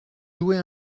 jouez